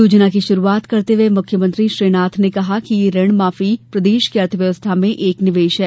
योजना की शुरूआत करते हये मुख्यमंत्री श्री नाथ ने कहा कि यह ऋण माफी प्रदेश की अर्थव्यवस्था में एक निवेश है